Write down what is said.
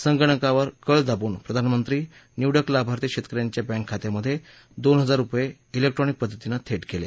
संगणकावर कळ दावून प्रधानमंत्री निवडक लाभार्थी शेतक यांच्या बँक खात्यांमध्ये दोन हजार रुपये क्रिक्ट्रॉनिक पद्धतीनं थेट केले